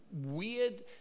weird